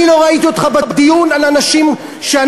אני לא ראית אותך בדיון על אנשים שאנחנו